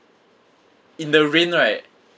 in the rain right